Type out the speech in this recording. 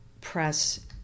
press